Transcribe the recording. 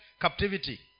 captivity